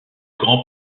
grand